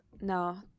No